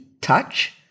touch